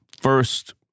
First